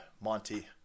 Monty